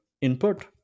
input